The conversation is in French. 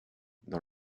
dans